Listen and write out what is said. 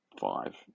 five